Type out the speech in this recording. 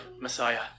Messiah